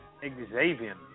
Xavier